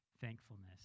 thankfulness